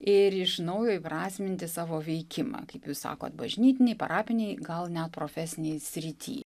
ir iš naujo įprasminti savo veikimą kaip jūs sakot bažnytinėj parapinėj gal net profesinėj srity